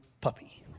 puppy